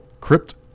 Crypt